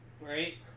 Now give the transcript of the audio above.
Right